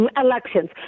elections